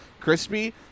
crispy